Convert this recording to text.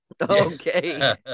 Okay